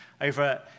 over